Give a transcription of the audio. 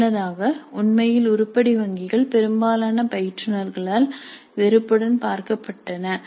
முன்னதாக உண்மையில் உருப்படி வங்கிகள் பெரும்பாலான பயிற்றுநர்களால் வெறுப்புடன் பார்க்கப்பட்டன